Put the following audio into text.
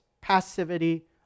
Passivity